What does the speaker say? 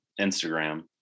Instagram